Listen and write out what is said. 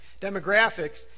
demographics